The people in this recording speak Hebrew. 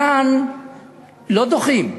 כאן לא דוחים,